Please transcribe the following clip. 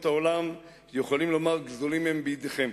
העולם יכולים לומר "גזולים הם בידיכם"